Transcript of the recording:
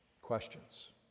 questions